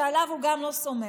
שעליו הוא גם לא סומך,